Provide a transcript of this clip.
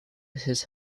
his